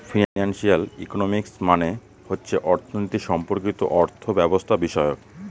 financial economics মানে হচ্ছে অর্থনীতি সম্পর্কিত অর্থব্যবস্থাবিষয়ক